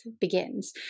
begins